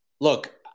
look